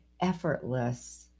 effortless